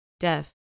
death